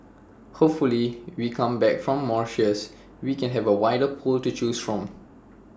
hopefully we come back from Mauritius we can have A wider pool to choose from